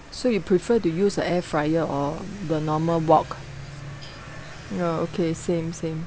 so you prefer to use a air fryer or the normal wok ya okay same same